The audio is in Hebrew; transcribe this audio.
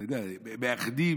אתה יודע, הם מאחדים,